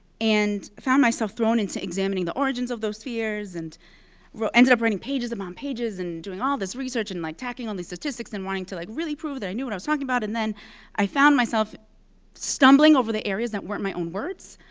and found myself thrown into examining the origins of those fears. and ended up writing pages upon um um pages, and doing all this research, and like tacking on these statistics and wanting to like really prove that i knew what i was talking about. and then i found myself stumbling over the areas that weren't my own words.